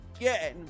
again